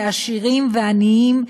עשירים ועניים.